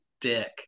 dick